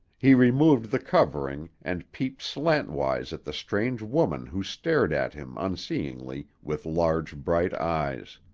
he removed the covering and peeped slantwise at the strange woman who stared at him unseeingly with large, bright eyes.